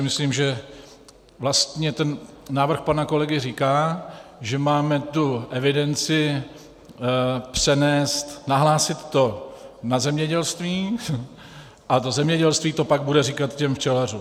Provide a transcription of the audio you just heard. Myslím si, že vlastně návrh pana kolegy říká, že máme tu evidenci přenést nahlásit to na zemědělství a to zemědělství to pak bude říkat těm včelařům.